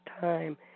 time